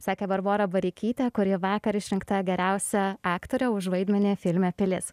sakė barbora bareikytė kuri vakar išrinkta geriausia aktore už vaidmenį filme pilis